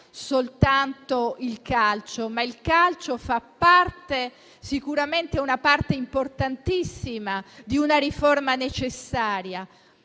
soltanto il calcio, che pure sicuramente è una parte importantissima di una riforma necessaria.